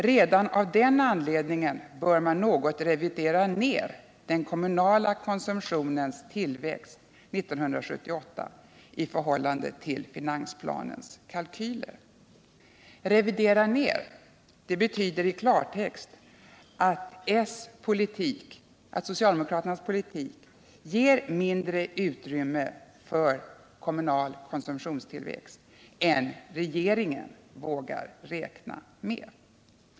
Redan av den anledningen bör man något revidera ner den kommunala konsumtionens tillväxt 1978 i förhållande till finansplanens kalkyler.” I klartext betyder ”revidera ner” att socialdemokraternas politik ger mindre utrymme för kommunal konsumtionstillväxt än regeringen vågar räkna med.